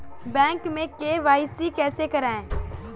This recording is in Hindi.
बैंक में के.वाई.सी कैसे करायें?